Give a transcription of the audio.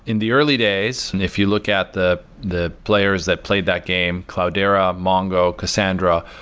in the early days, and if you look at the the players that played that game cloudera, mongo, cassandra,